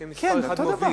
שיהיה מספר אחד מוביל.